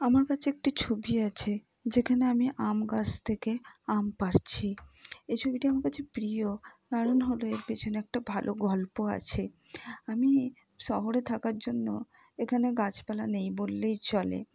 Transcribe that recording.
আমার কাছে একটি ছবি আছে যেখানে আমি আম গাছ থেকে আম পাড়ছি এই ছবিটি আমার কাছে প্রিয় কারণ হলো এর পেছনে একটা ভালো গল্প আছে আমি শহরে থাকার জন্য এখানে গাছপালা নেই বললেই চলে